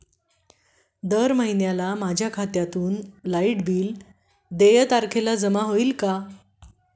दर महिन्याला माझ्या लाइट बिल खात्यातून देय तारखेला जमा होतील का?